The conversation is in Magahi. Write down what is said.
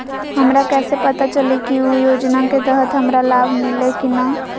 हमरा कैसे पता चली की उ योजना के तहत हमरा लाभ मिल्ले की न?